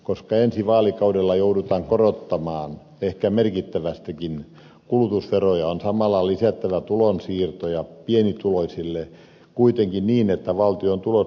koska ensi vaalikaudella joudutaan korottamaan ehkä merkittävästikin kulutusveroja on samalla lisättävä tulonsiirtoja pienituloisille kuitenkin niin että valtion tulot lisääntyvät